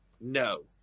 No